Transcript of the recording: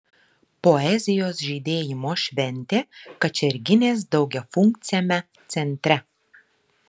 poezijos žydėjimo šventė kačerginės daugiafunkciame centre